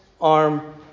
arm